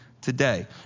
today